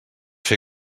fer